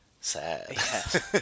sad